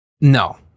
No